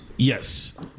Yes